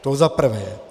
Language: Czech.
To za prvé.